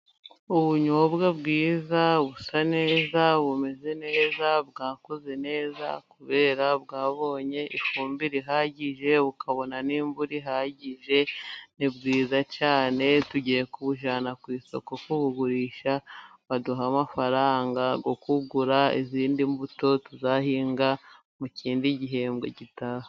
Ubunyobwa bwiza, busa neza, bumeze neza, bwakuze neza kubera bwabonye ifumbire ihagije, bukabona n'imvura ihagije. Ni bwiza cyane tugiye kubujyana ku isoko kubugurisha, baduhe amafaranga yo kugura izindi mbuto tuzahinga mu kindi gihembwe gitaha.